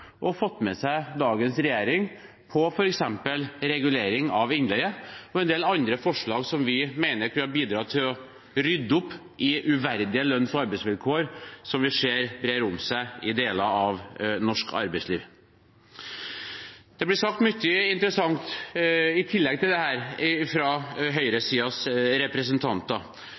kunne ha bidratt til å rydde opp i uverdige lønns- og arbeidsvilkår, som vi ser brer om seg i deler av norsk arbeidsliv. Det blir sagt mye interessant i tillegg til